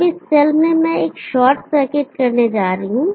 अब इस सेल में मैं एक शॉर्ट सर्किट करने जा रहा हूं